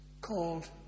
called